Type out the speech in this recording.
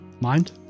Mind